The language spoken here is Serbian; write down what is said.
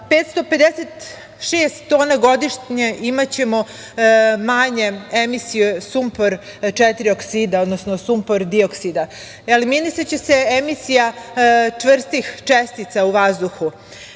556 tona godišnje imaćemo manje emisije sumpor četiri oksida, odnosno sumpordioksida. Eliminisaće se emisija čvrstih čestica u vazduhu.